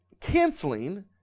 canceling